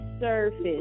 surface